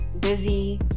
busy